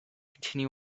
continue